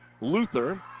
Luther